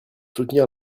soutenir